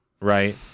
right